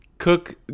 cook